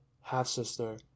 half-sister